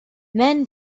men